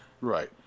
Right